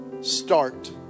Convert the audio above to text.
start